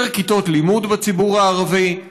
יותר כיתות לימוד בציבור הערבי,